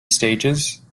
stages